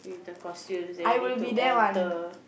the costumes and we need to alter